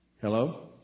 Hello